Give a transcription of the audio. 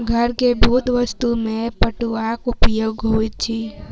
घर के बहुत वस्तु में पटुआक उपयोग होइत अछि